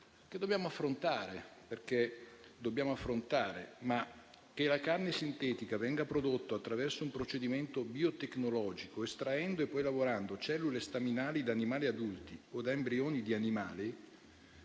che dobbiamo affrontare (perché dobbiamo farlo), tuttavia che la carne sintetica venga prodotta attraverso un procedimento biotecnologico, estraendo e poi lavorando cellule staminali da animali adulti o da embrioni di animali